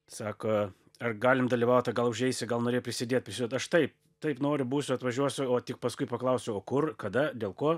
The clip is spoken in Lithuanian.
sako ar galim dalyvaut gal užeisi gal norėjai prisidėt aš taip taip noriu būsiu atvažiuosiu o tik paskui paklausiu o kur kada dėl ko